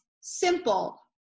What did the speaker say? simple